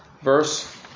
verse